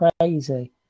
crazy